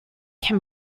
can